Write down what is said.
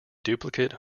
duplicate